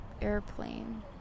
airplane